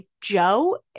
Joe